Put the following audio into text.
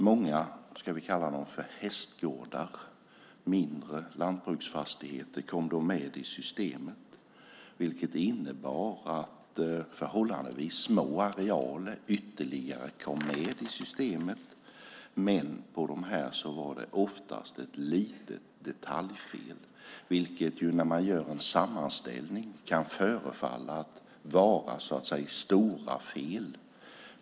Många så kallade hästgårdar och mindre lantbruksfastigheter kom med, vilket innebar att förhållandevis små arealer ytterligare kom med i systemet. På dessa var det oftast ett litet detaljfel, vilket i en sammanställning kunde förefalla vara stora fel.